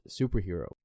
superhero